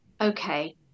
okay